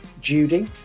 Judy